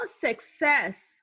success